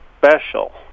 special